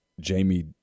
Jamie